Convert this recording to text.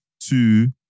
Two